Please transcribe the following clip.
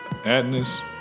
Adonis